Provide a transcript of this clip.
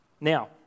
Now